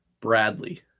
Bradley